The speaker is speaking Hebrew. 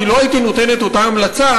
כי לא הייתי נותן את אותה המלצה